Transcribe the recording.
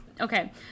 Okay